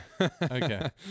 okay